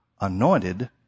Anointed